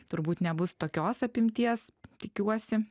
turbūt nebus tokios apimties tikiuosi